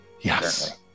Yes